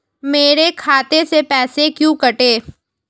मेरे खाते से पैसे क्यों कटे?